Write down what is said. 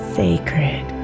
sacred